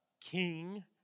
king